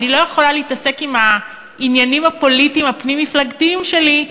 אני לא יכולה להתעסק עם העניינים הפוליטיים הפנים-מפלגתיים שלי,